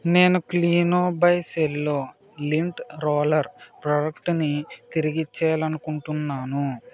నేను క్లీనో బై సెల్లో లింట్ రోలర్ ప్రొడక్టుని తిరిగిచ్చేయాలనుకుంటున్నాను